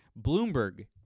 Bloomberg